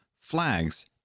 flags